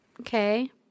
Okay